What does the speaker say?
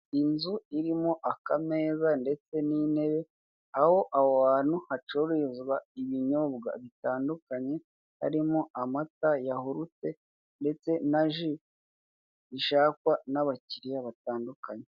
Inzu irimo akameza ndetse n'intebe aho aho hantu hacururizwa ibinyobwa bitandukanye, harimo amata, yawurute ndetse na ji ishakwa n'abakiriya batandukanye.